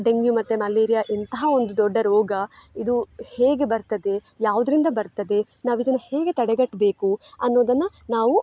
dengue ಮತ್ತು malaria ಇಂತಹ ಒಂದು ದೊಡ್ಡ ರೋಗ ಇದು ಹೇಗೆ ಬರ್ತದೆ ಯಾವುದ್ರಿಂದ ಬರ್ತದೆ ನಾವಿದನ್ನು ಹೇಗೆ ತಡೆಗಟ್ಟಬೇಕು ಅನ್ನೋದನ್ನು ನಾವು